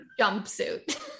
jumpsuit